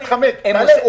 כאן.